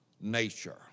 nature